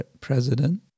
president